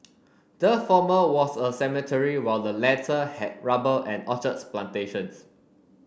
the former was a cemetery while the latter had rubber and orchards plantations